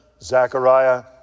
Zechariah